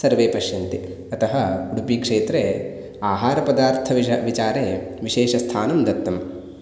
सर्वे पश्यन्ति अतः उडुपिक्षेत्रे आहारपदार्थविष विचारे विशेषस्थानं दत्तं